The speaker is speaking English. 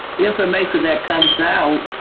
the information that comes out,